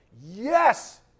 yes